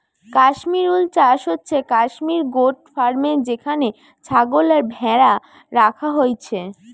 Kashmir wool চাষ হচ্ছে Kashmir goat ফার্মে যেখানে ছাগল আর ভ্যাড়া রাখা হইছে